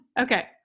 Okay